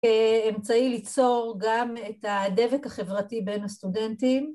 ‫כאמצעי ליצור גם את הדבק החברתי ‫בין הסטודנטים.